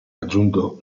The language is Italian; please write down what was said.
raggiunto